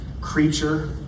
creature